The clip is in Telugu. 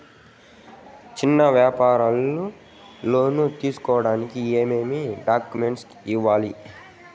చిన్న వ్యాపారులు లోను తీసుకోడానికి ఏమేమి డాక్యుమెంట్లు ఇవ్వాలి?